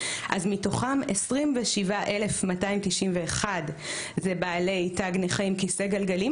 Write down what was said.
אז מתוכם 27,291 אלה בעלי תג נכה עם כיסא גלגלים